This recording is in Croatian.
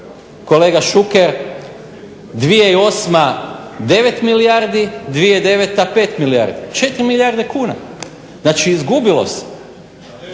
Kolega Šuker 2008. Devet milijardi, 2009. Pet milijardi, 4 milijarde kuna. Znači izgubilo se.